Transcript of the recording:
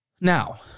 Now